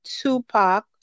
Tupac